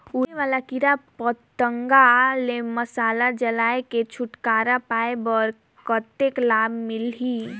उड़े वाला कीरा पतंगा ले मशाल जलाय के छुटकारा पाय बर कतेक लाभ मिलही?